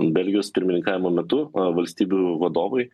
belgijos pirmininkavimo metu valstybių vadovai